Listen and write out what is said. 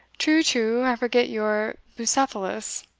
true, true, i forgot your bucephalus.